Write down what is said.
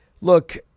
look –